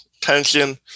tension